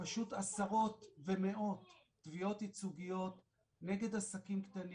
פשוט עשרות ומאות תביעות ייצוגיות נגד עסקים קטנים,